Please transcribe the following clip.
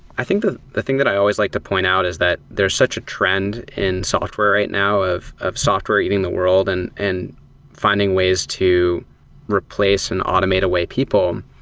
i think the the thing that i always like to point out is that there's such a trend in software right now of of software eating the world and and finding ways to replace and automate away people.